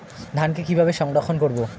ধানকে কিভাবে সংরক্ষণ করব?